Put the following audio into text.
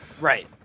Right